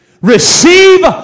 receive